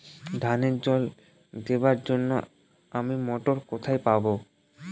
ধানে জল দেবার জন্য আমি মটর কোথায় পাবো?